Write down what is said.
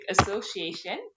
association